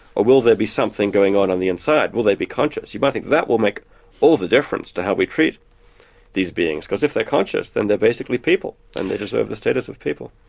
or will there be something going on on the inside will they be conscious. you might think that will make all the difference to how we treat these beings. because if they're conscious, then they're basically people, and they deserve the status of people.